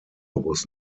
was